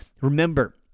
Remember